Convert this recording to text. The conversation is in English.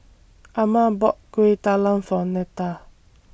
Ama bought Kueh Talam For Neta